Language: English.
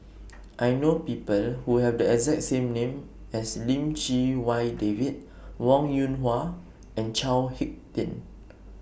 I know People Who Have The exact same name as Lim Chee Wai David Wong Yoon Wah and Chao Hick Tin